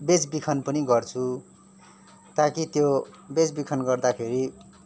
बेचबिखन पनि गर्छु ताकि त्यो बेचबिखन गर्दाखेरि